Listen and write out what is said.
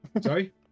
Sorry